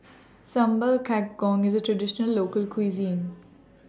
Sambal Kangkong IS A Traditional Local Cuisine